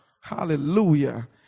hallelujah